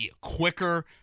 Quicker